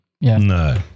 No